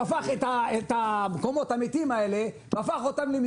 כי הוא הפך את המקומות המתים האלה למסחר.